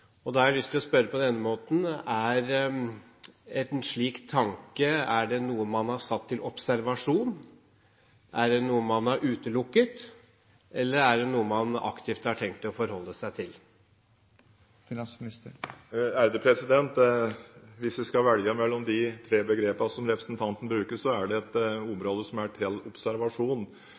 Da har jeg lyst til å spørre på denne måten: Er en slik tanke noe man har satt til observasjon, er det noe man har utelukket, eller er det noe man aktivt har tenkt å forholde seg til? Hvis jeg skal velge mellom de tre begrepene som representanten bruker, er det et område som er til observasjon